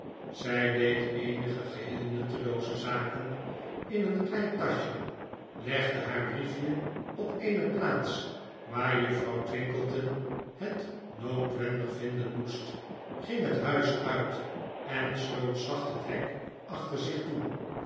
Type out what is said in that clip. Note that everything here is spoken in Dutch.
zij deed eenige geheel nuttelooze zaken in een klein taschje legde haar briefje op eene plaats waar juffrouw twinkleton het noodwendig vinden moesfc ging het buis uit en sloot zacht het hek achter zich toe